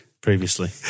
previously